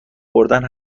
خوردن